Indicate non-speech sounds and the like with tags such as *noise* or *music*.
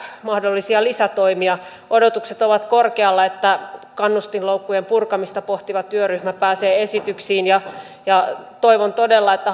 mahdollisia lisätoimia odotukset ovat korkealla että kannustinloukkujen purkamista pohtiva työryhmä pääsee esityksiin toivon todella että *unintelligible*